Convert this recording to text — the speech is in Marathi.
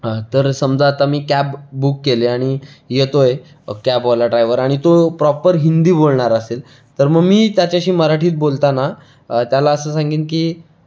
तर समजा आता मी कॅब बुक केली आणि येतोय कॅबवाला ड्रायवर आणि तो प्रॉपर हिंदी बोलणारा असेल तर मग मी त्याच्याशी मराठीत बोलताना त्याला असं सांगेन की